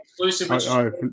Exclusive